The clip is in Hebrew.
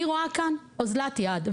אני רואה כאן אוזלת יד.